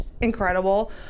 incredible